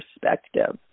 perspective